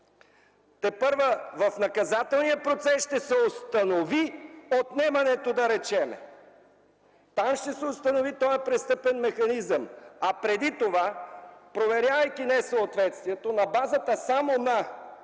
тепърва в наказателния процес ще се установи отнемането, да речем. Там ще се установи този престъпен механизъм, а преди това, проверявайки несъответствието на базата само на